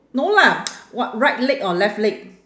no lah what right leg or left leg